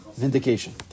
vindication